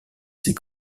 ces